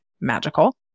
magical